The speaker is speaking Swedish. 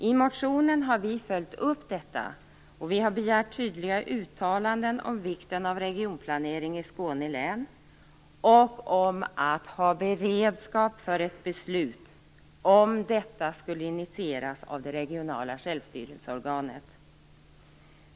I motionen har vi följt upp detta, och vi har begärt tydliga uttalanden om vikten av regionplanering i Skåne län och om att det skall finnas beredskap för ett beslut om detta skulle initieras av det regionala självstyrelseorganet.